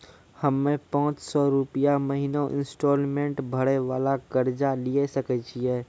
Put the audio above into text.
हम्मय पांच सौ रुपिया महीना इंस्टॉलमेंट भरे वाला कर्जा लिये सकय छियै?